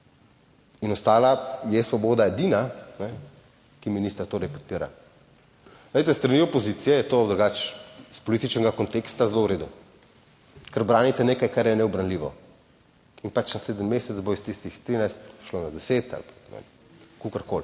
In ostala je Svoboda, edina, ki ministra torej podpira. Glejte, s strani opozicije je to drugače iz političnega konteksta zelo v redu, ker branite nekaj, kar je neubranljivo. In pač naslednji mesec bo iz tistih 13 šlo na 10 ali pa,